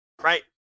right